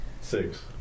Six